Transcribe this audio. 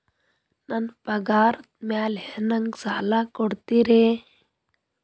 ನನ್ನ ಪಗಾರದ್ ಮೇಲೆ ನಂಗ ಸಾಲ ಕೊಡ್ತೇರಿ?